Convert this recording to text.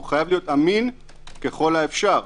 הוא חייב להיות אמין ככל האפשר.